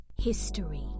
history